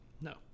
No